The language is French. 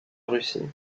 russie